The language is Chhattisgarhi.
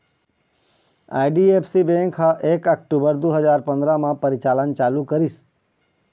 आई.डी.एफ.सी बेंक ह एक अक्टूबर दू हजार पंदरा म परिचालन चालू करिस